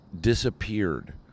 disappeared